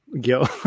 Gil